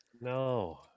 no